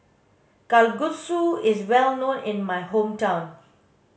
kalguksu is well known in my hometown